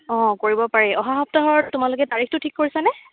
অঁ কৰিব পাৰি অহা সপ্তাহত তোমালোকে তাৰিখটো ঠিক কৰিছানে